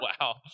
Wow